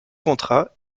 contrat